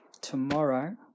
tomorrow